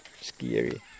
scary